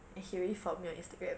and he already found me on instagram